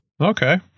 Okay